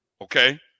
Okay